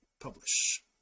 publish